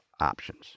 options